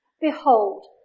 Behold